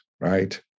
right